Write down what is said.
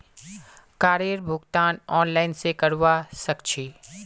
कारेर भुगतान ऑनलाइन स करवा सक छी